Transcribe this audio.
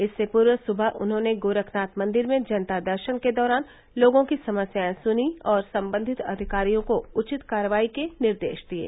इससे पूर्व सुबह उन्होंने गोरखनाथ मंदिर में जनता दर्शन के दौरान लोगों की समस्याएं सुनीं और सम्बन्धित अधिकारियों को उचित कार्रवाई के निर्देश दिये